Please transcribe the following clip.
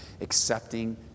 accepting